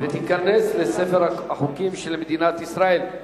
ותיכנס לספר החוקים של מדינת ישראל.